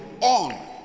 on